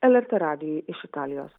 lrt radijui iš italijos